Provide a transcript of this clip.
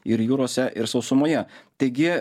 ir jūrose ir sausumoje taigi